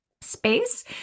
space